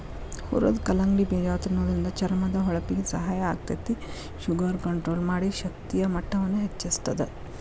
ಹುರದ ಕಲ್ಲಂಗಡಿ ಬೇಜ ತಿನ್ನೋದ್ರಿಂದ ಚರ್ಮದ ಹೊಳಪಿಗೆ ಸಹಾಯ ಆಗ್ತೇತಿ, ಶುಗರ್ ಕಂಟ್ರೋಲ್ ಮಾಡಿ, ಶಕ್ತಿಯ ಮಟ್ಟವನ್ನ ಹೆಚ್ಚಸ್ತದ